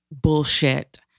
bullshit